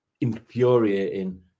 infuriating